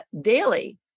daily